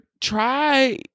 Try